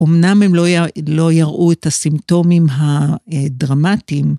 אמנם הם לא יראו את הסימפטומים הדרמטיים.